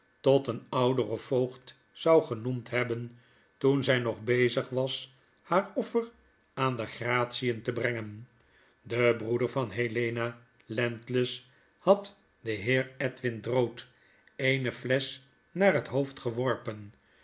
tot een ouder of voogd zou genoemd hebben toen zy nog bezig was haar offer aan de gratien te brengen de broeder van helena landless had den heer edwin drood eene flesch naar het hoofd geworpen